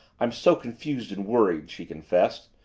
i'm so confused and worried! she confessed,